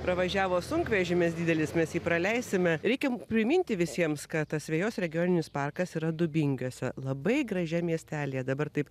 pravažiavo sunkvežimis didelis mes jį praleisime reikia priminti visiems kad asvejos regioninis parkas yra dubingiuose labai gražiam miestelyje dabar taip